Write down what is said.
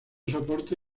soporte